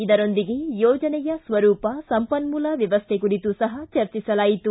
ಇದರೊಂದಿಗೆ ಯೋಜನೆಯ ಸ್ವರೂಪ ಸಂಪನ್ಮೂಲ ವ್ಯವಸ್ಥ ಕುರಿತು ಸಹ ಚರ್ಚಿಸಲಾಯಿತು